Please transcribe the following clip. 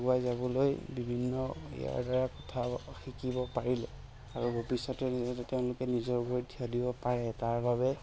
আগুৱাই যাবলৈ বিভিন্ন ইয়াৰ দ্বাৰা কথা শিকিব পাৰিলে আৰু ভৱিষ্যতে তেওঁলোকে নিজৰ ভৰিত থিয় দিব পাৰে তাৰ বাবে